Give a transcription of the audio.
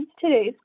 today's